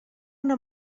una